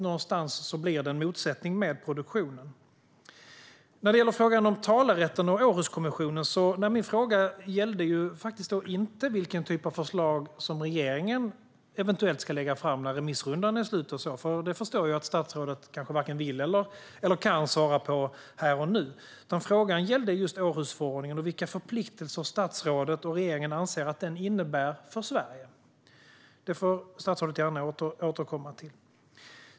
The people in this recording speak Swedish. Någonstans blir det en motsättning i förhållande till produktionen. Sedan gäller det frågan om talerätten och Århuskonventionen. Nej, min fråga gällde faktiskt inte vilken typ av förslag som regeringen eventuellt ska lägga fram när remissrundan är slut. Jag förstår att statsrådet kanske varken vill eller kan svara på det här och nu. Frågan gällde just Århusförordningen och vilka förpliktelser statsrådet och regeringen anser att den innebär för Sverige. Det får statsrådet gärna återkomma till.